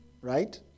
Right